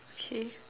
okay